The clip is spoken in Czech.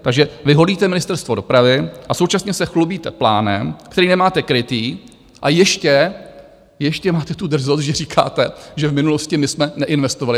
Takže vy holíte Ministerstvo dopravy a současně se chlubíte plánem, který nemáte krytý a ještě máte tu drzost, že říkáte, že v minulosti my jsme neinvestovali.